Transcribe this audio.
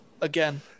Again